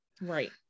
Right